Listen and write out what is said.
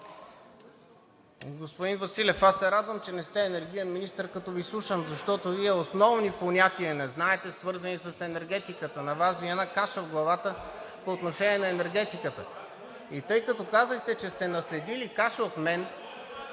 Господин Василев, аз се радвам, че не сте енергиен министър, като Ви слушам, защото Вие не знаете основни понятия, свързани с енергетиката. На Вас Ви е една каша в главата по отношение на енергетиката. (Шум и реплики.) И тъй като казахте, че сте наследили каша от мен